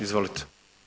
Izvolite.